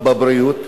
בבריאות,